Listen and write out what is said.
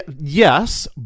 Yes